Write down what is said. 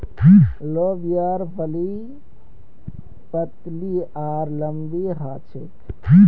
लोबियार फली पतली आर लम्बी ह छेक